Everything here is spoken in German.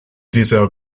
dieser